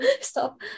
stop